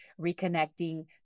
reconnecting